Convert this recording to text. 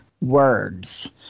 words